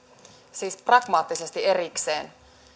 siis pragmaattisesti erikseen